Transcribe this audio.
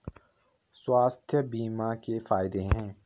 स्वास्थ्य बीमा के फायदे हैं?